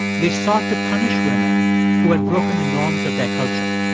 they sought to punish women who had broken the norms of their culture